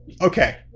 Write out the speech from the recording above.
Okay